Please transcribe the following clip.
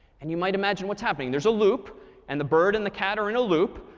and you might imagine what's happening. there's a loop and the bird and the cat are in a loop.